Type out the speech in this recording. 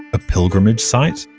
a pilgrimage site?